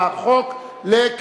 אני מודיע לוועדת החוקה,